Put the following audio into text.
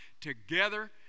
together